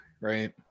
right